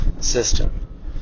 system